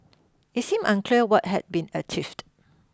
it seemed unclear what had been achieved